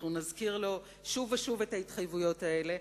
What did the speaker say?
ואנחנו נזכיר לו שוב ושוב את ההתחייבויות האלה.